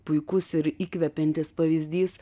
puikus ir įkvepiantis pavyzdys